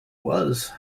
was